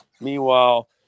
Meanwhile